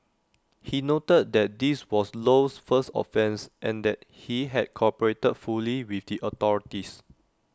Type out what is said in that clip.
he noted that this was Low's first offence and that he had cooperated fully with the authorities